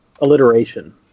Alliteration